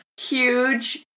huge